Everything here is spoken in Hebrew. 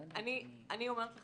אני אומרת לכם,